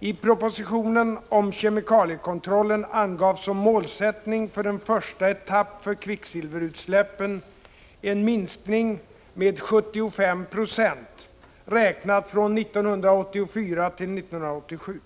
I propositionen om kemikaliekontrollen angavs såsom målsättning för en första etapp för kvicksilverutsläppen en minskning med 75 96 räknat från 1984 till 1987.